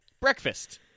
Breakfast